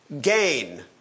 gain